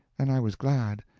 and i was glad,